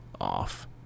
off